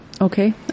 Okay